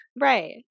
Right